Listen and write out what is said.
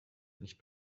nicht